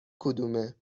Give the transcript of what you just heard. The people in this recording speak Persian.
کدومه